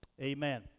amen